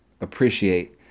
appreciate